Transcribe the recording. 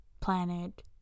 planet